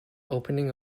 opening